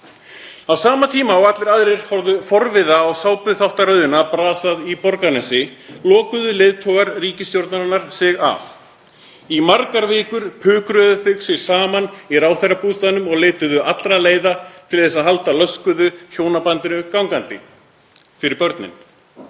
Á sama tíma og allir aðrir horfðu forviða á sápuþáttaröðina Brasað í Borgarnesi lokuðu leiðtogar ríkisstjórnarinnar sig af. Í margar vikur pukruðust þau saman í ráðherrabústaðnum og leituðu allra leiða til að halda löskuðu hjónabandinu gangandi fyrir börnin.